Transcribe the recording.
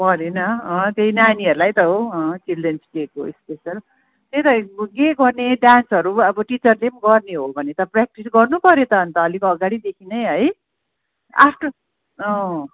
परेन त्यही नानीहरूलाई त हो चिल्ड्रेन्स डेको स्पेसल त्यही त के गर्ने डान्सहरू अब टिचरले पनि गर्ने हो भने त प्रेक्टिस गर्न पऱ्यो त अन्त अलिक अगाडिदेखि नै है आफ्टर अँ